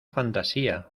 fantasía